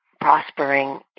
prospering